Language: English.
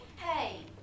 hey